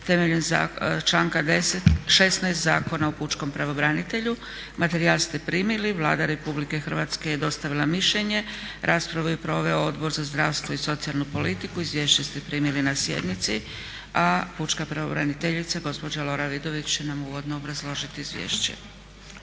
temeljem članka 16. Zakona o pučkom pravobranitelju. Materijal ste primili. Vlada Republike Hrvatske je dostavila mišljenje. Raspravu je proveo Odbor za zdravstvo i socijalnu politiku. Izvješće ste primili na sjednici, a pučka pravobraniteljica gospođa Lora Vidović će nam uvodno obrazložiti izvješće.